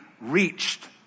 reached